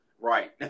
right